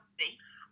safe